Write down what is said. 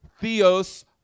theos